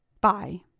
Bye